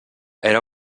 era